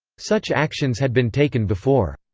such actions had been taken before.